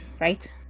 right